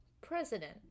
President